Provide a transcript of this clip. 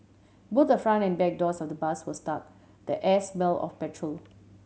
both the front and back doors of the bus were stuck the air smell of petrol